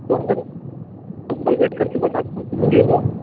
WhatsApp call back کر کے بتا دوں گا کہ مجھے وہ